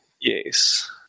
Yes